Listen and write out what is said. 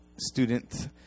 Student